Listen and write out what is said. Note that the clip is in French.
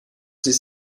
ses